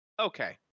okay